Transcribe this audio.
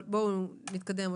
אבל בואו נתקדם.